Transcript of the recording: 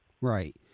Right